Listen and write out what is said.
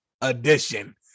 edition